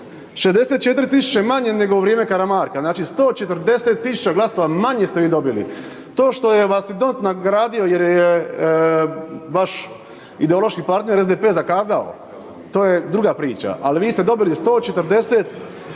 64 000 manje nego u vrijeme Karamarka, znači 140 000 glasova manje ste vi dobili. To što vas je …/Govornik se ne razumije/…nagradio jer je vaš ideološki partner SDP zakazao, to je druga priča, al vi ste dobili 144 000